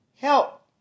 help